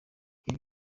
ibi